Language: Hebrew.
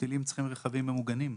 בטילים צריכים רכבים ממוגנים.